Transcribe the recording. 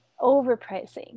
overpricing